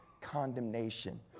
condemnation